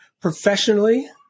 professionally